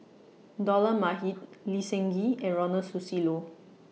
Dollah Majid Lee Seng Gee and Ronald Susilo